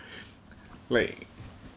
like